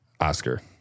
Oscar